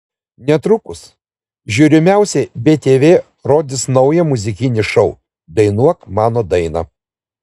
netrukus žiūrimiausiai btv rodys naują muzikinį šou dainuok mano dainą